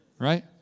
right